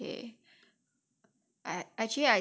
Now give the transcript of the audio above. okay